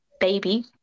Baby